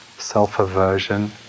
self-aversion